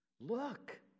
Look